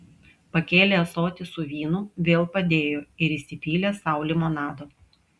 pakėlė ąsotį su vynu vėl padėjo ir įsipylė sau limonado